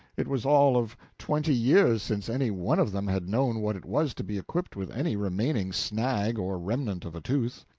it was all of twenty years since any one of them had known what it was to be equipped with any remaining snag or remnant of a tooth.